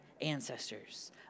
ancestors